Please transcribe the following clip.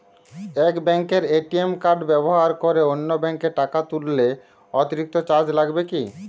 এক ব্যাঙ্কের ATM card ব্যবহার করে অন্য ব্যঙ্কে টাকা তুললে অতিরিক্ত চার্জ লাগে কি?